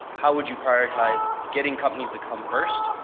how would you prioritize getting companies to come first,